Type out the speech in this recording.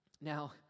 Now